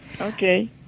Okay